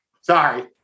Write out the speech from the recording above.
Sorry